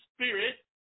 Spirit